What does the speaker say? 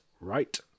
right